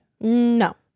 No